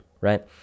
Right